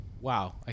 Wow